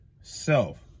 self